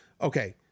Okay